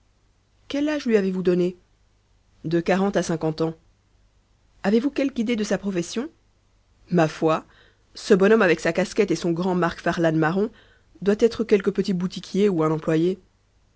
quel âge lui avez-vous donné de quarante à cinquante ans avez-vous quelque idée de sa profession ma foi ce bonhomme avec sa casquette et son grand mac farlane marron doit être quelque petit boutiquier ou un employé